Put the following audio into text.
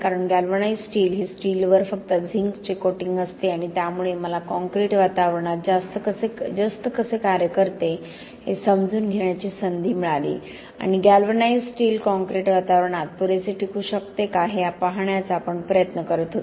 कारण galvanised steel हे स्टीलवर फक्त झिंकचे कोटिंग असते आणि त्यामुळे मला कॉंक्रिट वातावरणात जस्त कसे कार्य करते हे समजून घेण्याची संधी मिळाली आणि गॅल्वनाइज्ड स्टील कॉंक्रिट वातावरणात पुरेसे टिकू शकते का हे पाहण्याचा आपण प्रयत्न करत होतो